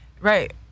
Right